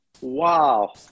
Wow